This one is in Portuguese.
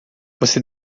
você